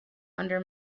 under